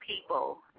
people